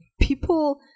people